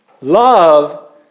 Love